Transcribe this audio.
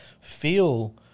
feel